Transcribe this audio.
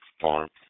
Farm